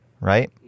right